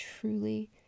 truly